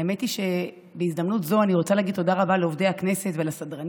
האמת היא שבהזדמנות זו אני רוצה להגיד תודה רבה לעובדי הכנסת ולסדרנים,